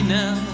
now